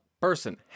person